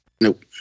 Nope